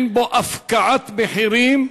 לצערי הרב, שאין בו הפקעת מחירים,